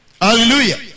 Hallelujah